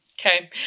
okay